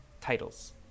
titles